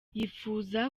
yifuza